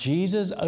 Jesus